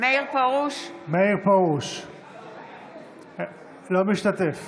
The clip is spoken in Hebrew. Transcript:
פרוש, אינו משתתף